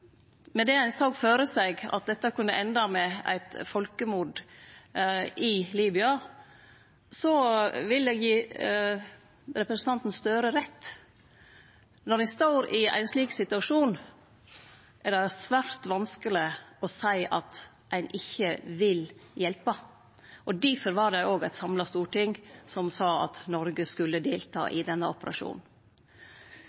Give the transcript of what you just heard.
med det at ein såg føre seg at dette kunne ende med eit folkemord i Libya, vil eg gi representanten Gahr Støre rett. Når ein står i ein slik situasjon, er det svært vanskeleg å seie at ein ikkje vil hjelpe, og difor var det òg eit samla storting som sa at Noreg skulle delta